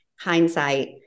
hindsight